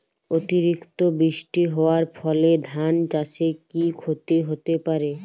অতিরিক্ত বৃষ্টি হওয়ার ফলে ধান চাষে কি ক্ষতি হতে পারে?